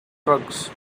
drugs